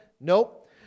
Nope